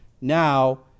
Now